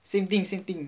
same thing same thing